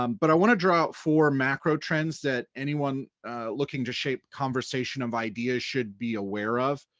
um but i wanna draw out four macro trends that anyone looking to shape conversation of ideas should be aware of.